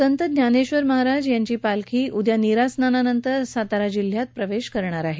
संत ज्ञानेश्वर महाराज यांची पालखी उद्या नीरास्नानानंतर सातारा जिल्ह्यात प्रवेश करणार आहे